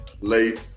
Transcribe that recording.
late